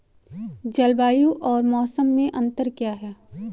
जलवायु और मौसम में अंतर क्या है?